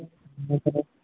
ହଁ ପରା